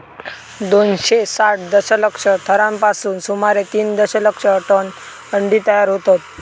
दोनशे साठ दशलक्ष थरांपासून सुमारे तीन दशलक्ष टन अंडी तयार होतत